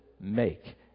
make